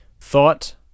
Thought